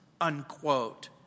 unquote